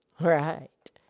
Right